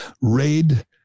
raid